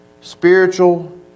spiritual